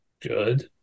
good